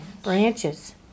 Branches